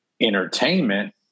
entertainment